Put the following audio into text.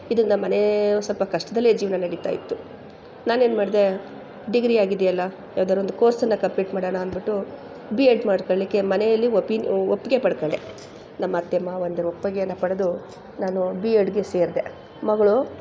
ಇದು ನಮ್ಮನೇ ಸ್ವಲ್ಪ ಕಷ್ಟದಲ್ಲೇ ಜೀವನ ನಡೀತಾ ಇತ್ತು ನಾನೇನು ಮಾಡಿದೆ ಡಿಗ್ರಿ ಆಗಿದೆಯಲ್ಲ ಯಾವ್ದಾದ್ರು ಒಂದು ಕೋರ್ಸನ್ನು ಕಂಪ್ಲೀಟ್ ಮಾಡೋಣ ಅಂದ್ಬಿಟ್ಟು ಬಿ ಎಡ್ ಮಾಡ್ಕೊಳ್ಳಿಕ್ಕೆ ಮನೆಯಲ್ಲಿ ಒಪಿನ್ ಒಪ್ಪಿಗೆ ಪಡ್ಕೊಂಡೆ ನಮ್ಮ ಅತ್ತೆ ಮಾವಂದಿರು ಒಪ್ಪಿಗೆನ ಪಡೆದು ನಾನು ಬಿ ಎಡ್ಗೆ ಸೇರಿದೆ ಮಗಳು